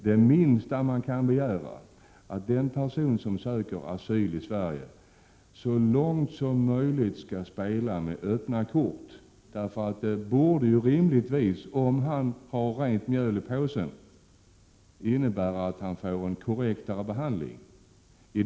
Det minsta man kan begära är att den person som söker asyl i Sverige så långt som möjligt skall spela med öppna kort. Det borde rimligtvis, om han har rent mjöl i påsen, innebära att han får en mer korrekt behandling.